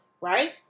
right